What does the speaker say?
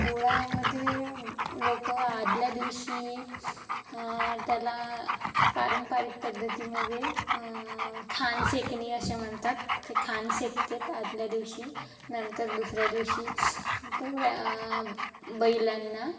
पोळामध्ये लोकं आदल्या दिवशी त्याला पारंपरिक पद्धतीमध्ये खांदा शेकणी असे म्हणतात ते खांदा शेकतात आदल्या दिवशी नंतर दुसऱ्या दिवशी पोळ्या बैलांना